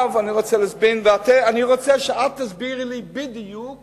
אני רוצה שאת תסבירי לי בדיוק